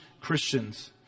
christians